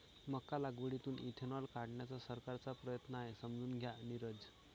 मका लागवडीतून इथेनॉल काढण्याचा सरकारचा प्रयत्न आहे, समजून घ्या नीरज